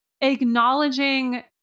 acknowledging